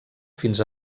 fins